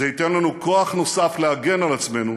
זה ייתן לנו כוח נוסף להגן על עצמנו,